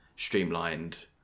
streamlined